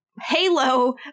Halo